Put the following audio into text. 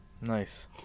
nice